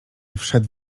wszedł